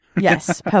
Yes